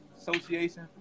Association